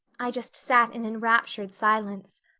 i just sat in enraptured silence.